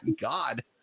God